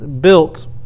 built